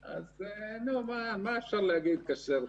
מאוד אורכה,